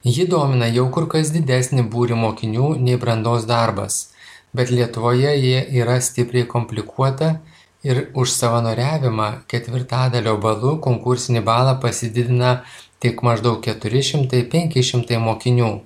ji domina jau kur kas didesnį būrį mokinių nei brandos darbas bet lietuvoje ji yra stipriai komplikuota ir už savanoriavimą ketvirtadalio balu konkursinį balą pasididina tik maždaug keturi šimtai penki šimtai mokinių